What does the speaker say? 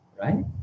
right